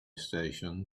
station